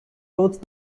both